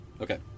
Okay